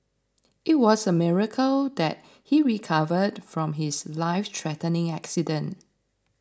it was a miracle that he recovered from his lifethreatening accident